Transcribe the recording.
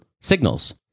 signals